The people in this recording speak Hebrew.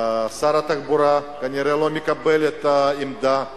שר התחבורה כנראה לא מקבל את העמדה,